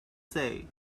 say